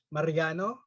Mariano